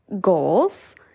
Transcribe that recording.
goals